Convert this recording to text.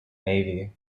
navy